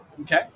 Okay